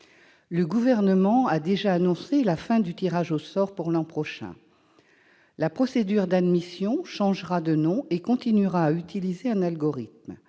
Le Gouvernement a déjà annoncé la fin du tirage au sort pour l'an prochain. La procédure d'admission changera de nom et continuera à utiliser un algorithme.